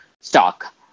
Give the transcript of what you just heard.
stock